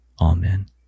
Amen